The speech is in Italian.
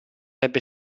ebbe